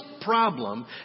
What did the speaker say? problem